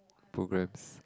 programmes